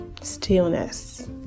stillness